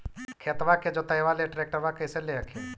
खेतबा के जोतयबा ले ट्रैक्टरबा कैसे ले हखिन?